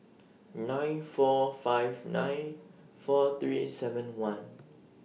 nine four five nine four three seven one